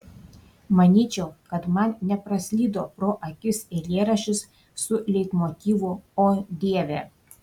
manyčiau kad man nepraslydo pro akis eilėraštis su leitmotyvu o dieve